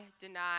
deny